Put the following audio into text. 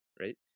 right